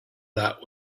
that